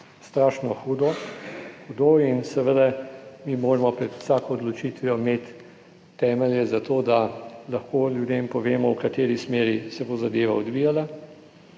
strašno hudo in seveda mi moramo pred vsako odločitvijo imeti temelje za to da lahko ljudem povemo v kateri smeri se bo zadeva odvijala